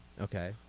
Okay